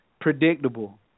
predictable